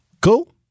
Cool